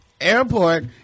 airport